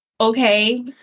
okay